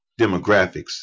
demographics